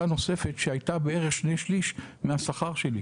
הנוספת שהייתה בערך שני שלישים 'מהשכר שלי.